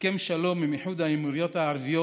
הסכם שלום עם איחוד האמירויות הערביות.